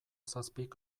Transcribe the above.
zazpik